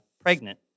pregnant